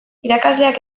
irakasleak